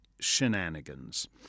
shenanigans